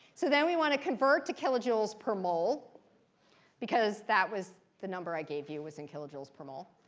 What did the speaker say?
so then we want to convert to kilojoules per mol because that was the number i gave you, was in kilojoules per mol,